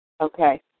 okay